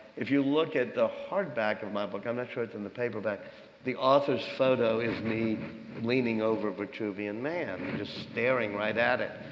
if you look at the hardback of my book i'm not sure it's on and the paperback the author's photo is me leaning over vitruvian man, just staring right at it.